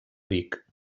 vic